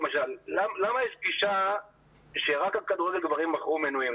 למה יש גישה שאומרת שרק כדורגל גברים מכרו מינויים?